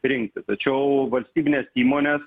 rinkti tačiau valstybinės įmonės